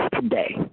today